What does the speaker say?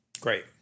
Great